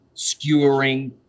skewering